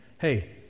hey